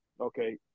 okay